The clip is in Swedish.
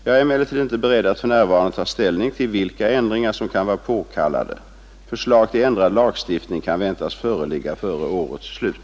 Jag är emellertid inte beredd att för närvarande ta ställning till vilka ändringar som kan vara påkallade. Förslag till ändrad lagstiftning kan väntas föreligga före årets slut.